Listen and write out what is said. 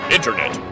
Internet